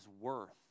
worth